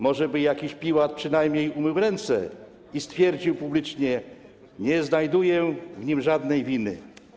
Może by jakiś Piłat przynajmniej umył ręce i stwierdził publicznie: nie znajduję w nim żadnej winy.